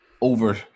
over –